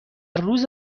روز